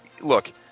look